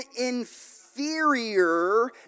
inferior